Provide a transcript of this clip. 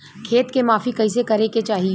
खेत के माफ़ी कईसे करें के चाही?